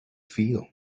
feel